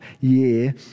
year